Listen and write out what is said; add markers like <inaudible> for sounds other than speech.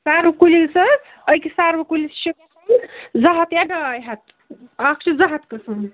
سروٕ کُلِس حظ أکِس سروٕ کُلس چھِ <unintelligible> زٕ ہتھ یا ڈاے ہتھ اَکھ چھُ زٕ ہتھ قٕسم